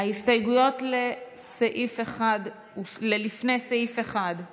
מסעיף 1 קבוצת העבודה מתחילה.